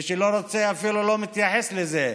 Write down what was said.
מי שלא רוצה אפילו לא מתייחס לזה,